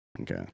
Okay